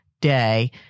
day